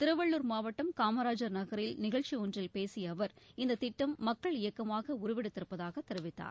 திருவள்ளுர் மாவட்டம் காமராஜர் நகரில் நிகழ்ச்சி ஒன்றில் பேசிய அவர் இந்த திட்டம் மக்கள் இயக்கமாக உருவெடுத்திருப்பதாக தெரிவித்தார்